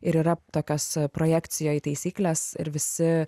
ir yra tokios projekcijoj taisyklės ir visi